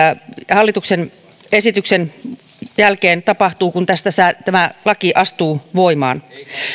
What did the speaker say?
hallituksen esityksen jälkeen tapahtuu kun tämä laki astuu voimaan